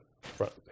front